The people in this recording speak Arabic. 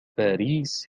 باريس